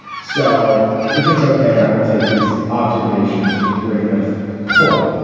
so if it's ok, i will take his observations with a grain of poi.